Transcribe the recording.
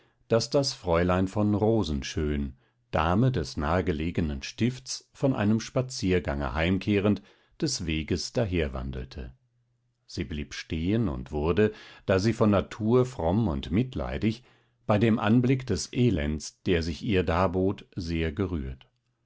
daß das fräulein von rosenschön dame des nahegelegenen stifts von einem spaziergange heimkehrend des weges daherwandelte sie blieb stehen und wurde da sie von natur fromm und mitleidig bei dem anblick des elends der sich ihr darbot sehr gerührt